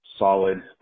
solid